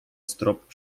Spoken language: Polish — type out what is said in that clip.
strop